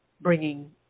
bringing